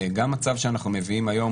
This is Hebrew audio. גם הצו שאנחנו מביאים היום,